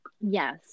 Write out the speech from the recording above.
Yes